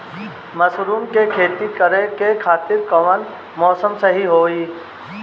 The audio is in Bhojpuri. मशरूम के खेती करेके खातिर कवन मौसम सही होई?